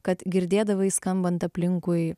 kad girdėdavai skambant aplinkui